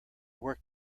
work